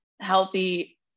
healthy